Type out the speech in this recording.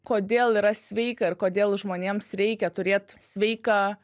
kodėl yra sveika ir kodėl žmonėms reikia turėt sveiką